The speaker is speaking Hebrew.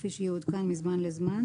כפי שיעודכן מזמן לזמן,